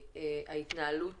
וההתנהלות